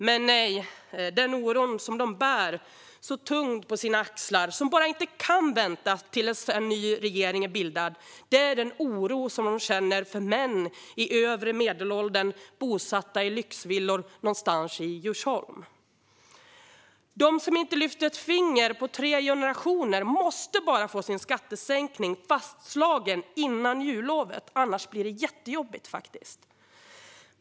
Men nej, den oron som de bär så tungt på sina axlar och som bara inte kan vänta tills en ny regering är bildad är den oro som de känner för män i övre medelåldern bosatta i lyxvillor någonstans i Djursholm. De som inte lyft ett finger på tre generationer måste bara få sin skattesänkning fastslagen innan jullovet, annars blir det ju faktiskt jättejobbigt.